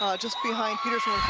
ah just behind petersen